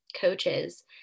coaches